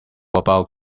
about